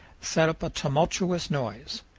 set up a tumultuous noise,